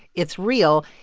it's real.